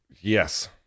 Yes